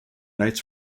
nights